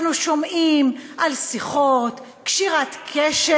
אנחנו שומעים על שיחות, קשירת קשר.